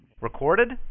Recorded